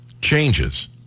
changes